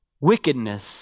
wickedness